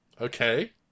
Okay